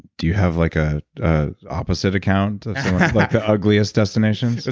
do you have like a opposite account of like the ugliest destinations?